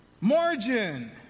Margin